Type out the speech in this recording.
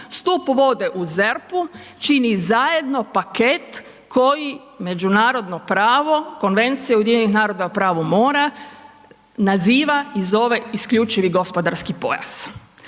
stup vode u ZERP-u čini zajedno paket koji međunarodno pravo Konvencija UN-a o pravu mora naziva i zove isključivi gospodarski pojas.